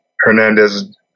Hernandez